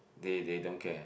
they they don't care